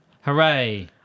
Hooray